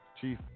chief